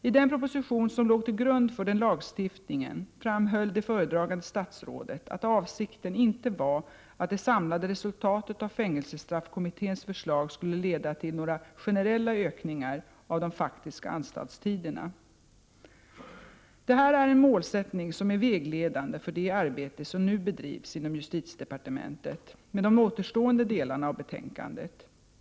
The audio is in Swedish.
I den proposition som låg till grund för den lagstiftningen framhöll det föredragande statsrådet att avsikten inte var att det samlade resultatet av fängelsestraffkommitténs förslag skulle leda till några generella ökningar av de faktiska anstaltstiderna. Detta är en målsättning som är vägledande för det arbete som nu bedrivs inom justitiedepartementet med de återstående delarna av betänkandet.